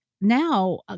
now